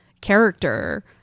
character